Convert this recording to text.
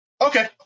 Okay